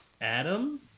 Adam